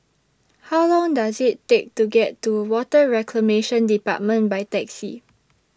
How Long Does IT Take to get to Water Reclamation department By Taxi